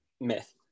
myth